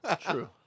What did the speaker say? True